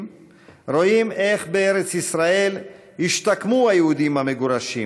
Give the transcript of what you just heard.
רואים איך בארץ ישראל השתקמו היהודים המגורשים,